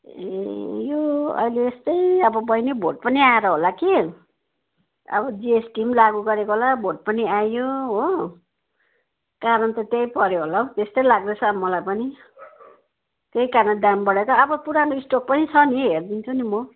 ए यो अहिले यस्तै अब बहिनी भोट पनि आएर होला कि अब जिएसटी लागु गरेको होला भोट पनि आयो हो कारण त त्यही पऱ्यो होला त्यस्तै लाग्दैछ अब मलाई पनि त्यही कारण दाम बढाएर अब पुरानो स्टक पनि छ नि हेरिदिन्छु नि म